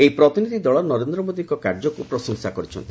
ଏହି ପ୍ରତିନିଧ୍ୱ ଦଳ ନରେନ୍ଦ୍ର ମୋଦିଙ୍କ କାର୍ଯ୍ୟକ୍ ପ୍ରଶଂସା କରିଛନ୍ତି